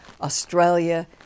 Australia